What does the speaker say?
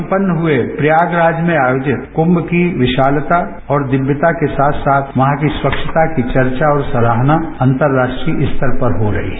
संपन्न हुए प्रयागराज में आयोजित कुंभ की विशालता और दिव्यता के साथ साथ वहां की स्वच्छता की चर्चा और सराहना अंतर्राष्ट्रीय स्तर पर हो रही है